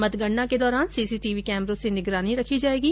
मतगणना के दौरान सीसीटीवी कैमरों से निगरानी रखी जाएगी